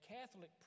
Catholic